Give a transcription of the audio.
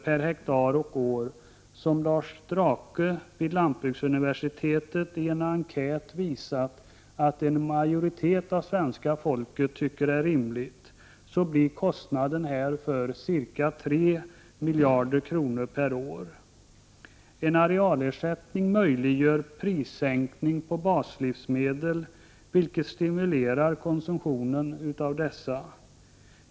per hektar och år — Lars Drake vid lantbruksuniversitetet har i en enkät visat att en majoritet av det svenska folket tycker att det är rimligt — blir kostnaden härför ca 3 miljarder kronor per år. En arealersättning möjliggör en prissänkning på baslivsmedel, vilket stimulerar konsumtionen av dessa.